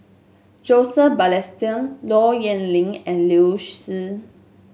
Joseph Balestier Low Yen Ling and Liu Si